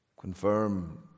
Confirm